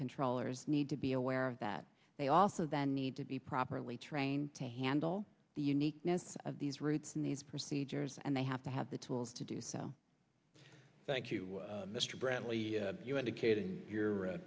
controllers need to be aware of that they also then need to be properly trained to handle the uniqueness of these routes and these features and they have to have the tools to do so thank you mr bradley you educating your